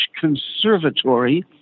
conservatory